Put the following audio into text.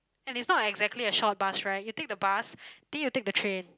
and it's not exactly a short bus ride you take the bus then you take the train